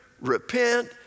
repent